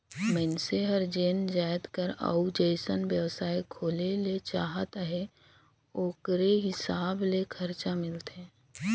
मइनसे हर जेन जाएत कर अउ जइसन बेवसाय खोले ले चाहत अहे ओकरे हिसाब ले खरचा मिलथे